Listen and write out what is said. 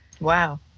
Wow